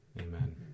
Amen